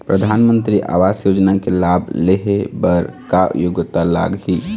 परधानमंतरी आवास योजना के लाभ ले हे बर का योग्यता लाग ही?